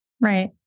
Right